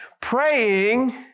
Praying